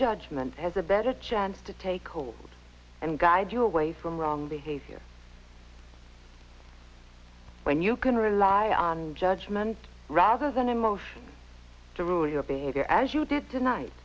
judgment has a better chance to take hold and guide you away from wrong behavior when you can rely on judgment rather than emotion to rule your behavior as you did tonight